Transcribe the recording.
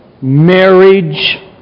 marriage